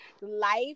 life